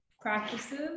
practices